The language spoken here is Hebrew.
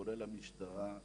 כולל המשטרה,